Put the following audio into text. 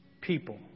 People